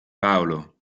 paolo